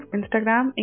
Instagram